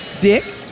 Dick